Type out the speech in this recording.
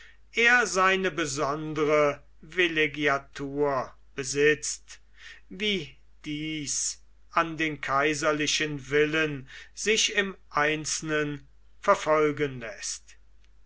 er seine besondere villeggiatur besitzt wie dies an den kaiserlichen villen sich im einzelnen verfolgen läßt